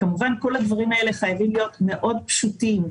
הדברים האלה חייבים להיות מאוד פשוטים.